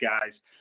guys